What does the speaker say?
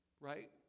Right